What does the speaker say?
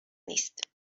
نیست